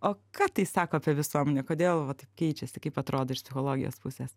o ką tai sako apie visuomenę kodėl vat keičiasi kaip atrodo iš psichologijos pusės